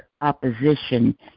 opposition